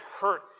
hurt